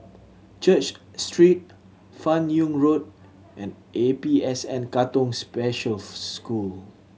Church Street Fan Yoong Road and A P S N Katong Special School